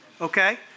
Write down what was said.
okay